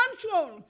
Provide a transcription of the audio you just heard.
control